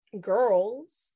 girls